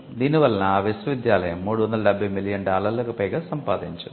దీని వలన ఆ విశ్వవిద్యాలయం 370 మిలియన్ డాలర్లకు పైగా సంపాదించింది